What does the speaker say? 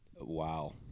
Wow